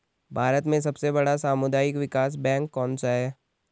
भारत में सबसे बड़ा सामुदायिक विकास बैंक कौनसा है?